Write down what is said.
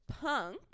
punk